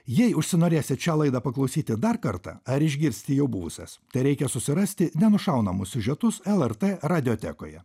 jei užsinorėsit šią laidą paklausyti dar kartą ar išgirsti jo buvusias tereikia susirasti nenušaunamus siužetus lrt radijotekoje